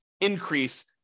increase